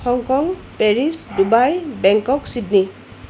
Hong Kong Paris Dubai Bangkok Sydney